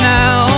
now